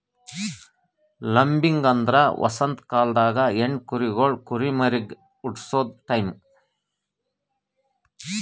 lambing ಅಂದ್ರ ವಸಂತ ಕಾಲ್ದಾಗ ಹೆಣ್ಣ ಕುರಿಗೊಳ್ ಕುರಿಮರಿಗ್ ಹುಟಸದು ಟೈಂ